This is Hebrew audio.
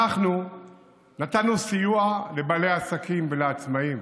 אנחנו נתנו סיוע לבעלי עסקים ולעצמאים.